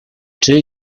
czy